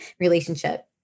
relationship